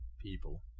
people